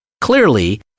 Clearly